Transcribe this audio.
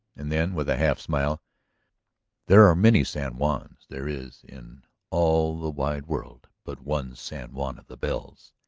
and then, with a half smile there are many san juans there is, in all the wide world, but one san juan of the bells.